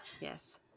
Yes